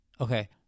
Okay